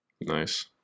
nice